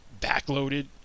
backloaded